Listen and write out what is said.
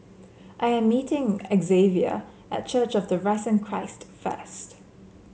I am meeting Xzavier at Church of the Risen Christ first